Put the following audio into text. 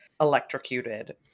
electrocuted